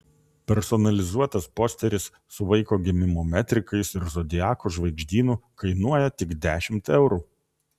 personalizuotas posteris su vaiko gimimo metrikais ir zodiako žvaigždynu kainuoja tik dešimt eurų